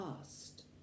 past